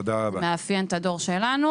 זה מאפיין את הדור שלנו,